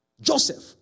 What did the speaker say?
Joseph